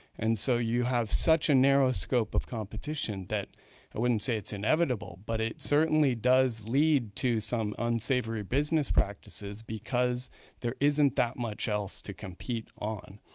and so you have such a narrow scope of competition that i wouldn't say it's inevitable, but it certainly does lead to unsavory business practices because there isn't that much else to compete on.